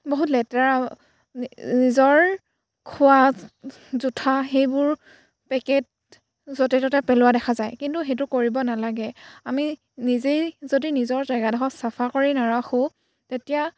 বহুত লেতেৰা নিজৰ খোৱা জুঠা সেইবোৰ পেকেট য'তে ত'তে পেলোৱা দেখা যায় কিন্তু সেইটো কৰিব নালাগে আমি নিজেই যদি নিজৰ জেগাডোখৰ চাফা কৰি নাৰাখোঁ তেতিয়া